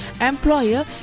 employer